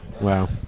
Wow